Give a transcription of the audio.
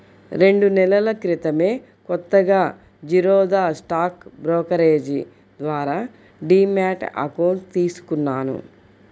రెండు నెలల క్రితమే కొత్తగా జిరోదా స్టాక్ బ్రోకరేజీ ద్వారా డీమ్యాట్ అకౌంట్ తీసుకున్నాను